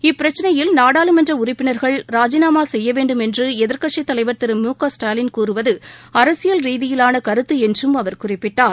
இப்பிரச்சினையில் நாடாளுமன்ற உறுப்பினர்கள் ராஜினாமா செய்ய வேண்டும் என்று எதிர்க்கட்சித் தலைவர் திரு மு க ஸ்டாலின் கூறுவது அரசியல் ரீதியிலான கருத்து என்றும் அவர் குறிப்பிட்டார்